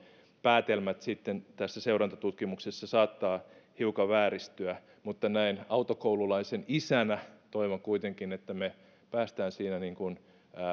päätelmät sitten tässä seurantatutkimuksessa saattavat hiukan vääristyä mutta näin autokoululaisen isänä toivon kuitenkin että me pääsemme siinä